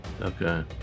Okay